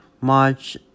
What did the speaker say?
March